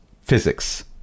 physics